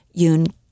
Yoon